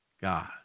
God